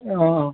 অঁ অঁ